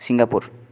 Singapore